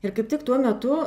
ir kaip tik tuo metu